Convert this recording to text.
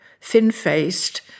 thin-faced